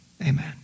Amen